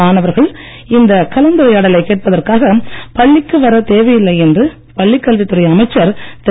மாணவர்கள் இந்த கலந்துரையாடலை கேட்பதற்காக பள்ளிக்கு வர தேவையில்லை என்று பள்ளிக் கல்வித்துறை அமைச்சர் திரு